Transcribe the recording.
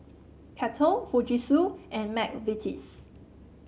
Kettle Fujitsu and McVitie's